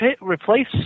Replace